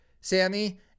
Sammy